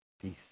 peace